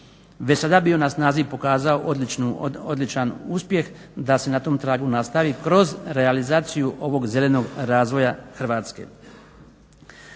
sada bio na snazi i pokazao odličan uspjeh da se na tom tragu nastavi kroz realizaciju ovog zelenog razvoja Hrvatske.